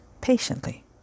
patiently